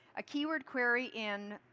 a keyword query in